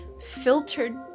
filtered